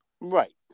Right